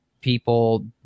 people